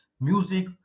music